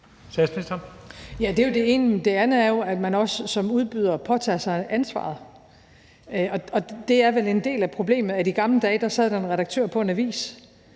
det andet er jo, at man også som udbyder påtager sig ansvaret, og det er vel en del af problemet. I gamle dage sad der en redaktør på en avis